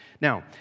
Now